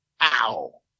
Ow